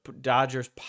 Dodgers